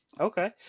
Okay